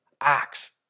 Acts